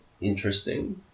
interesting